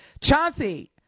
Chauncey